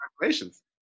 Congratulations